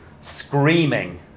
screaming